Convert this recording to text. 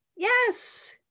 Yes